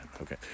Okay